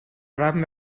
gran